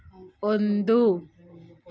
ಒಂದು